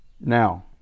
Now